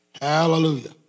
Hallelujah